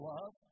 Love